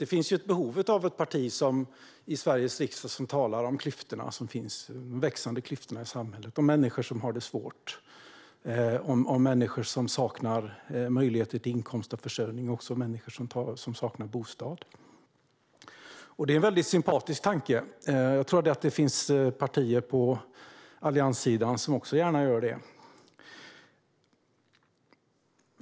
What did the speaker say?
Det finns ett behov av ett parti i Sveriges riksdag som talar om de växande klyftorna i samhället och om människor som har det svårt, saknar möjligheter till inkomst och försörjning och saknar bostad. Det är en väldigt sympatisk tanke. Det finns partier på allianssidan som också gärna talar om detta.